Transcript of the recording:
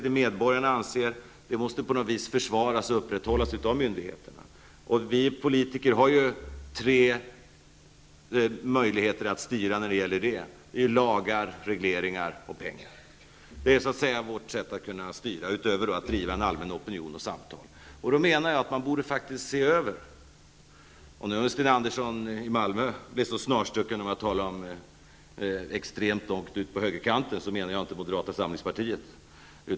Det medborgarna anser måste försvaras och upprätthållas av myndigheterna. Vi politiker har tre möjligheter att styra därvidlag: lagar, regleringar och pengar. Det är vårt sätt att kunna styra, utöver att driva opinion och föra samtal. Om nu Sten Andersson i Malmö är så snarstucken att han tog illa upp för att jag talade om extremister långt ut på högerkanten, vill jag säga att jag inte menade moderata samlingspartiet.